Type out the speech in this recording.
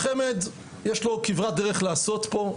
החמ"ד יש לו כברת דרך לעשות פה,